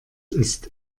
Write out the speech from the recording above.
ist